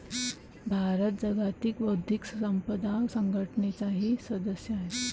भारत जागतिक बौद्धिक संपदा संघटनेचाही सदस्य आहे